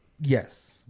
yes